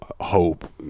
hope